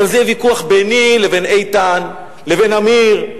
אבל זה ויכוח ביני לבין איתן לבין עמיר,